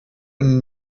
ein